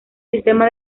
sistema